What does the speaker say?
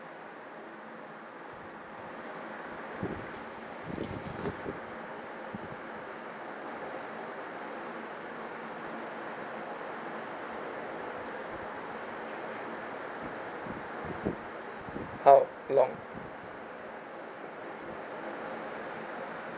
how long